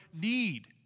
need